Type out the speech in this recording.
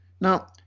Now